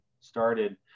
started